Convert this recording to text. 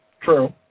True